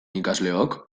ikasleok